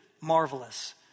marvelous